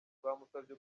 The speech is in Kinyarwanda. twamusabye